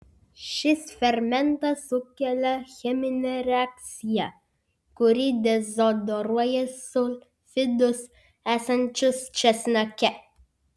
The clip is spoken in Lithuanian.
šis fermentas sukelia cheminę reakciją kuri dezodoruoja sulfidus esančius česnake